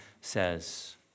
says